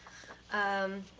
um,